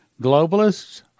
Globalists